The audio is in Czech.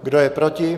Kdo je proti?